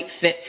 fit